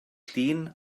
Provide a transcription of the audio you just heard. llun